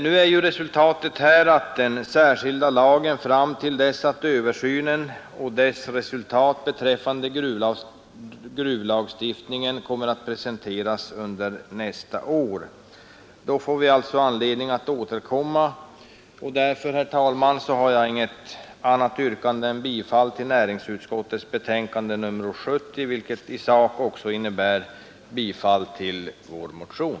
Nu förlängs emellertid den särskilda lagen fram till dess att resultatet ästa år. Då får vi alltså anledning att återkomma, och därför, herr talman, har jag nu inget av översynen av gruvlagstiftningen presenteras under n annat yrkande än om bifall till näringsutskottets hemställan i dess betänkande nr 70, vilket i sak också innebär ett bifall till vår motion